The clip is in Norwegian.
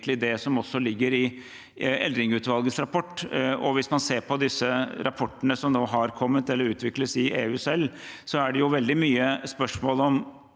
Det er vel egentlig også det som ligger i Eldring-utvalgets rapport. Hvis man ser på disse rapportene som nå har kommet eller utvikles i EU selv, er det veldig mange spørsmål om